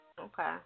Okay